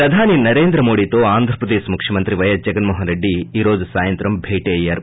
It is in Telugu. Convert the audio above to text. ప్రధాన మంత్రి నరేంద్ర మోదీతో ఆంధ్రప్రదేశ్ ముఖ్యమంత్రి పైఎస్ జగన్మోహన్రెడ్డి ఈ రోజు సాయంత్రం భేటీ అయ్యారు